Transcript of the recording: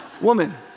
Woman